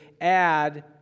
add